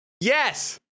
Yes